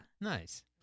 Nice